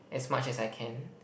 as much as I can